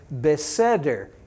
beseder